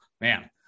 Man